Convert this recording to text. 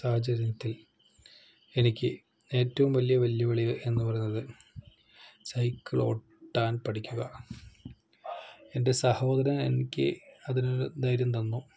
സാഹചര്യത്തില് എനിക്ക് ഏറ്റവും വലിയ വെല്ലുവിളി എന്ന് പറയുന്നത് സൈക്കിളോട്ടാന് പഠിക്കുക എന്റെ സഹോദരന് എനിക്ക് ഇതിനൊരു ധൈര്യം തന്നു